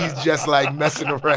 just, like, messing around.